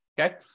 Okay